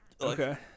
Okay